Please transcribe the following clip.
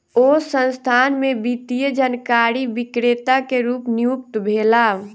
ओ संस्थान में वित्तीय जानकारी विक्रेता के रूप नियुक्त भेला